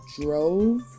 drove